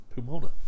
Pumona